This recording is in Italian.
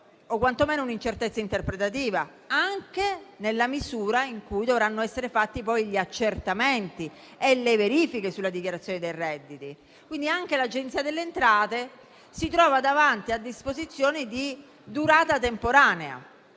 o quantomeno un'incertezza interpretativa, anche nella misura in cui dovranno essere fatti poi gli accertamenti e le verifiche sulle dichiarazioni dei redditi. Anche l'Agenzia delle entrate si trova quindi davanti a disposizioni di durata temporanea,